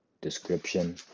description